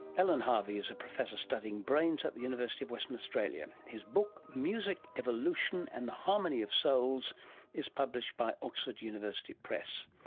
alan harvey is a professor studying brains at the university of western australia. his book, music, evolution, and the harmony of souls is published by oxford university press.